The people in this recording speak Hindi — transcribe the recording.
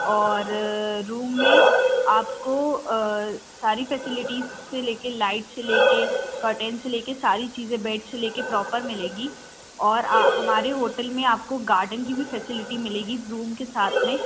और रूम में आपको सारी फेस्लिटीज़ से लेकर लाइट से लेकर कर्टेन से लेकर सारी चीज़ें बेड से लेकर प्रॉपर मिलेगी और हमारे होटल में आपको गार्डन की भी फेसिलिटी मिलेगी रूम के साथ में